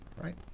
right